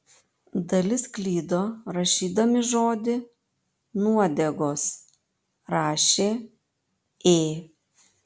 dalis klydo rašydami žodį nuodegos rašė ė